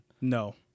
No